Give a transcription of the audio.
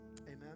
Amen